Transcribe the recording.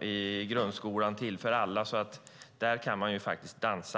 i grundskolan är till för alla, så där kan man faktiskt dansa.